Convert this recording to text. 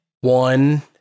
one